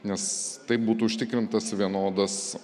nes taip būtų užtikrintas vienodas